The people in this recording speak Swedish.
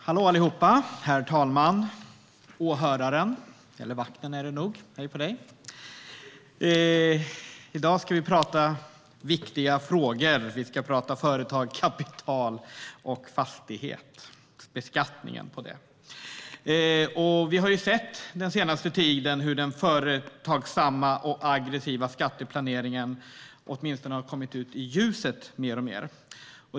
Herr talman! Hallå, allihop! I dag talar vi om viktiga frågor. Vi talar om beskattningen av företag, kapital och fastighet. Den senaste tiden har vi sett hur den företagsamma och aggressiva skatteplaneringen har kommit ut i ljuset mer och mer.